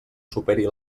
superi